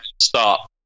stop